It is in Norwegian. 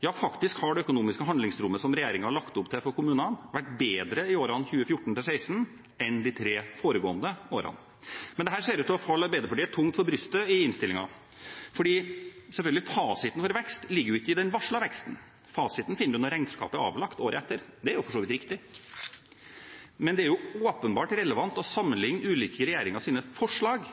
Ja, det økonomiske handlingsrommet som regjeringen har lagt opp til for kommunene, har faktisk vært bedre i årene 2014–2016 enn i de tre foregående årene. Dette ser ut til å falle Arbeiderpartiet tungt for brystet i innstillingen, for fasiten for vekst ligger jo ikke i den varslede veksten – fasiten finner du når regnskapet er avlagt året etter. Det er for så vidt riktig. Men det er åpenbart relevant å sammenligne ulike regjeringers forslag